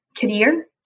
career